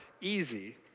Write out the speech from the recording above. easy